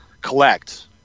collect